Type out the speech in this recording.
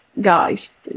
guys